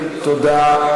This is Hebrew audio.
תודה.